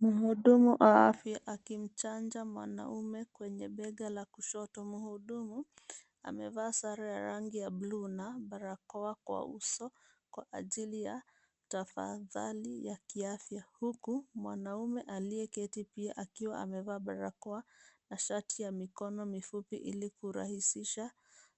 Mhudumu wa afya akimchanja mwanamume kwenye bega la kushoto. Mhudumu amevaa sare ya rangi ya bluu na barakoa kwa uso kwa ajili ya tahadhari ya kiafya huku mwanamume aliyeketi pia akiwa amevaa barakoa na shati ya mikono mifupi ili kurahisisha